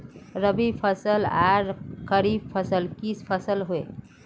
रवि फसल आर खरीफ फसल की फसल होय?